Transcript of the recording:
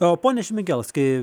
o pone šmigelskai